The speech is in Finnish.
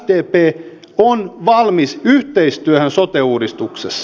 sdp on valmis yhteistyöhön sote uudistuksessa